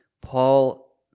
Paul